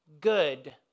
good